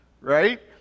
Right